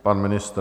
Pan ministr.